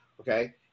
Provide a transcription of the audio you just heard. Okay